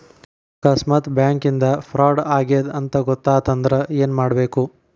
ಆಕಸ್ಮಾತ್ ಬ್ಯಾಂಕಿಂದಾ ಫ್ರಾಡ್ ಆಗೇದ್ ಅಂತ್ ಗೊತಾತಂದ್ರ ಏನ್ಮಾಡ್ಬೇಕು?